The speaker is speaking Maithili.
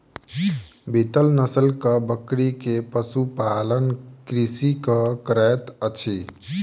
बीतल नस्लक बकरी के पशु पालन कृषक करैत अछि